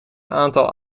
aantal